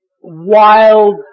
wild